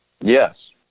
Yes